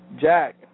Jack